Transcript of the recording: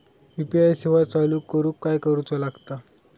UPI सेवा चालू करूक काय करूचा लागता?